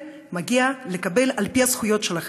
ומגיע לכם לקבל על פי הזכויות שלכם,